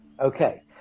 Okay